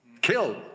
killed